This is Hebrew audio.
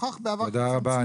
תודה רבה.